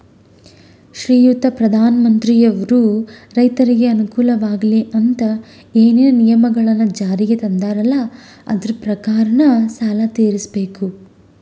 ಶ್ರೀಯುತ ಪ್ರಧಾನಮಂತ್ರಿಯವರು ರೈತರಿಗೆ ಅನುಕೂಲವಾಗಲಿ ಅಂತ ಏನೇನು ನಿಯಮಗಳನ್ನು ಜಾರಿಗೆ ತಂದಾರಲ್ಲ ಅದರ ಪ್ರಕಾರನ ಸಾಲ ತೀರಿಸಬೇಕಾ?